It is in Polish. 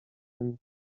tym